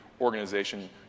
organization